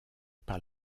par